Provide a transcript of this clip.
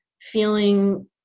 feeling